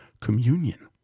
communion